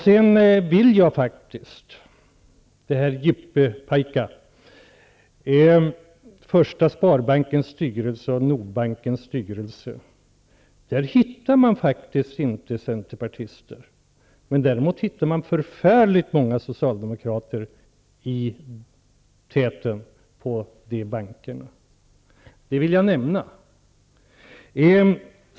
Beträffande talet om yuppiegrabbarna vill jag säga att man i Första Sparbankens styrelse och i Nordbankens styrelse faktiskt inte hittar centerpartister. Däremot hittar man förfärligt många socialdemokrater i höga positioner på dessa banker. Detta vill jag nämna.